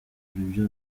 ibyo